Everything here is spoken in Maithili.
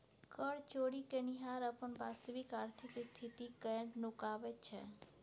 कर चोरि केनिहार अपन वास्तविक आर्थिक स्थिति कए नुकाबैत छै